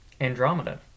Andromeda